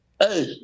Hey